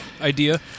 idea